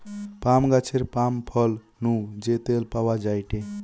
পাম গাছের পাম ফল নু যে তেল পাওয়া যায়টে